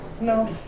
No